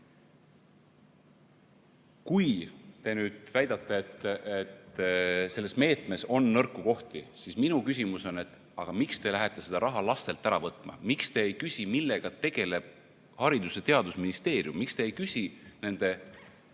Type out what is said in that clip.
Kui te nüüd väidate, et selles meetmes on nõrku kohti, siis minu küsimus on, aga miks te lähete seda raha lastelt ära võtma, miks te ei küsi, millega tegeleb Haridus- ja Teadusministeerium? Miks te ei küsi nende